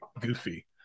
goofy